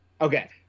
Okay